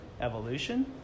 evolution